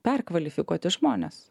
perkvalifikuoti žmones